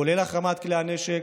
כולל החרמת כלי הנשק,